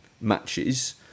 matches